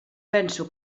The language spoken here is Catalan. penso